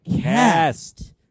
cast